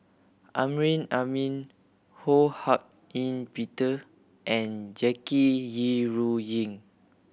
Amrin Amin Ho Hak Ean Peter and Jackie Yi Ru Ying